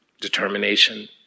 determination